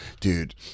Dude